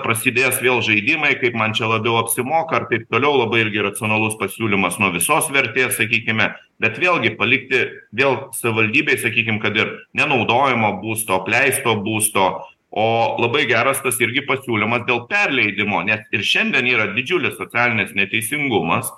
prasidės vėl žaidimai kaip man čia labiau apsimoka ar taip toliau labai irgi racionalus pasiūlymas nuo visos vertės sakykime bet vėlgi palikti vėl savivaldybei sakykim kad ir nenaudojamo būsto apleisto būsto o labai geras tas irgi pasiūlymas dėl perleidimo nes ir šiandien yra didžiulis socialinis neteisingumas